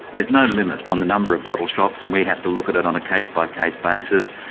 there's no limit on the number of bottle shops and we have to look at it on a case-by-case basis,